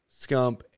Scump